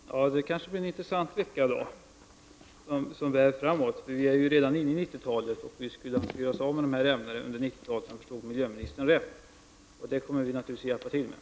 Herr talman! Det kanske blir en intressant vecka. Men vi är ju redan på 90-talet. Om jag har förstått miljöministern rätt skulle vi göra oss av med nämnda ämnen under 90-talet. Vi kommer naturligtvis att hjälpa till med att åstadkomma detta.